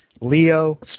Leo